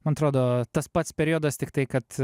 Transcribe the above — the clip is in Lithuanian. man atrodo tas pats periodas tiktai kad